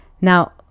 Now